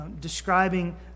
describing